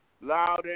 loud